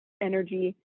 energy